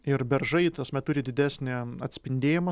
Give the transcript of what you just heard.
ir beržai ta prasme turi didesnį atspindėjimą